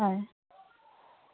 হয়